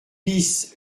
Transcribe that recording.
bis